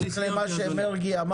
אני סיימתי, אדוני.